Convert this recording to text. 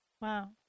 Wow